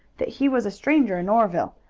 that he was a stranger in oreville,